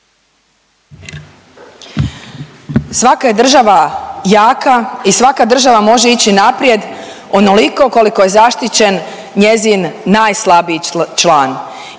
Svaka je država jaka i svaka država može ići naprijed onoliko koliko je zaštićen njezin najslabiji član